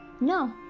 No